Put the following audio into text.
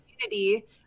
community